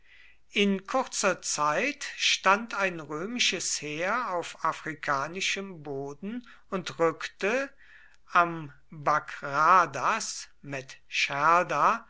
in kurzer zeit stand ein römisches heer auf afrikanischem boden und rückte am bagradas medscherda